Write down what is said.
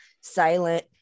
silent